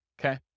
okay